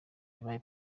wabaye